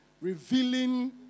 Revealing